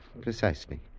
Precisely